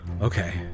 okay